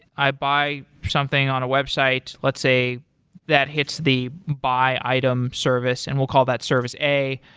i buy something on a website, let's say that hits the buy item service and we'll call that service a.